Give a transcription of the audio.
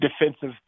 defensive